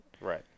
Right